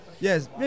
Yes